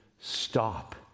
stop